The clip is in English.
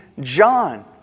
John